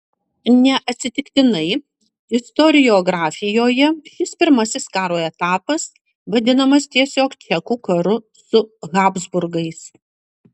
neatsitiktinai istoriografijoje šis pirmasis karo etapas vadinamas tiesiog čekų karu su habsburgais